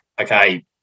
Okay